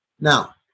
Now